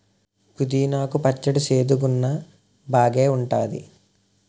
పుదీనా కు పచ్చడి సేదుగున్నా బాగేఉంటాది